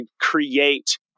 create